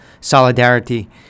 solidarity